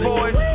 Boys